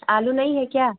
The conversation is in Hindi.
आलू नहीं है क्या